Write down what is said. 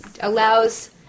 allows